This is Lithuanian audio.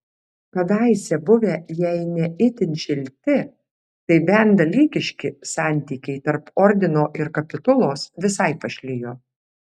kadaise buvę jei ne itin šilti tai bent dalykiški santykiai tarp ordino ir kapitulos visai pašlijo